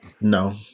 no